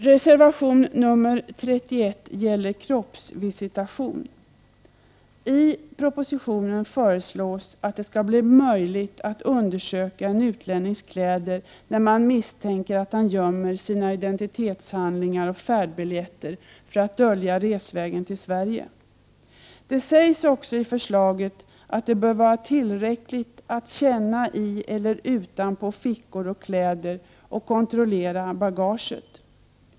Reservation 31 gäller kroppsvisitation. I propositionen föreslås att det skall bli möjligt att undersöka en utlännings kläder när man misstänker att han gömmer sina identitetshandlingar och färdbiljetter för att dölja resvägen till Sverige. Det sägs också i förslaget att det bör vara tillräckligt att känna i eller utanpå fickor och kläder och kontrollera bagaget.